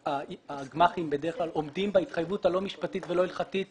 הגמ"חים בדרך כלל עומדים בהתחייבות הלא משפטית והלא הלכתית